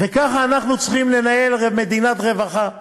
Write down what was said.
וככה אנחנו צריכים לנהל מדינת רווחה.